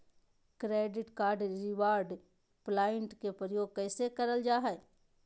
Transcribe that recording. Credit card reward point के प्रयोग कैसे करल जा है?